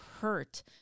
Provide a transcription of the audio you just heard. hurt